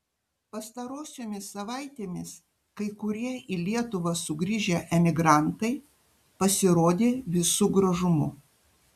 pastarosiomis savaitėmis kai kurie į lietuvą sugrįžę emigrantai pasirodė visu gražumu